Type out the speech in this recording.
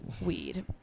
Weed